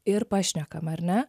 ir pašnekam ar ne